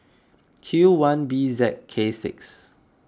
Q one B Z K six